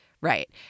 Right